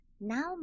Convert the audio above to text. Now